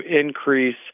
increase